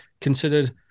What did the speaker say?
considered